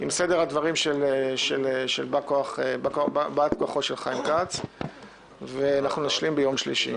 סדר הדברים של באת כוחו של חיים כץ ונשלים ביום שלישי.